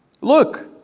look